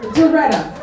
Doretta